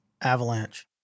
Avalanche